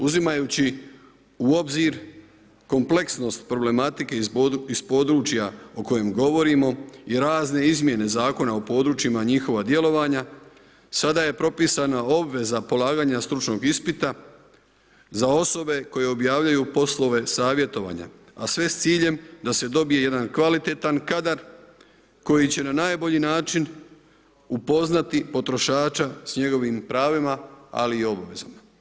Uzimajući u obzir kompleksnost problematike iz područja o kojima govorimo i razne izmjene Zakona o područjima, njihova djelovanja, sada je propisana obveza polaganja stručnog ispita, za osobe koje objavljuju poslove savjetovanja, a sve s ciljem da se dobije jedan kvalitetan kadar, koji će na najbolji način upoznati potrošača s njegovim pravima ali i obavezu.